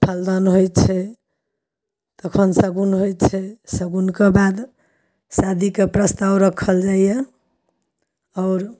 फलदान होइत छै तखन शगुन होइत छै शगुनके बाद शादीके प्रस्ताव रखल जाइए आओर